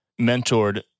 mentored